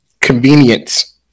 Convenience